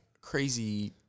crazy